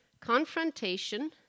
confrontation